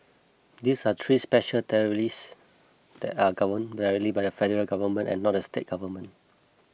these are three special territories that are governed directly by the Federal Government and not the state government